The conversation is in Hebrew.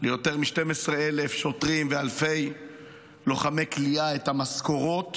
ליותר מ-12,000 שוטרים ולאלפי לוחמי כליאה את המשכורות